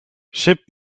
ship